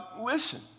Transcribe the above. listen